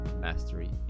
Mastery